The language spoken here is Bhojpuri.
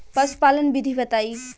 पशुपालन विधि बताई?